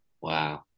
Wow